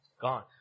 gone